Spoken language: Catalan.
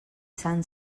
sant